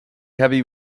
heavy